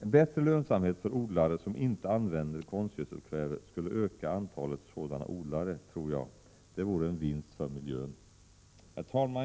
Bättre lönsamhet för odlare som inte använder konstgödselkväve skulle troligen öka antalet sådana odlare, och det vore en vinst för miljön. Herr talman!